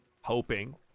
hoping